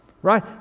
Right